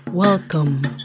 Welcome